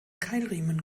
keilriemen